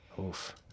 oof